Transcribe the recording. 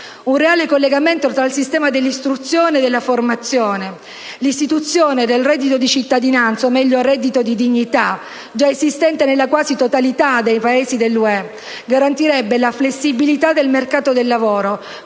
Un reale collegamento tra il sistema dell'istruzione e della formazione, l'istituzione del reddito di cittadinanza o meglio del reddito di dignità, già esistente nella quasi totalità dei Paesi dell'Unione, garantirebbero la flessibilità del mercato del lavoro,